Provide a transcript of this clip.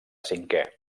cinquè